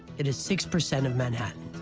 it is six percent of manhattan.